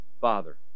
father